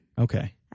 okay